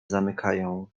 zamykają